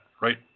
right